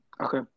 Okay